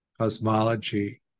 cosmology